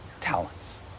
talents